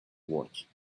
watch